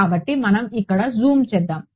కాబట్టి మనం ఇక్కడ జూమ్ చేద్దాం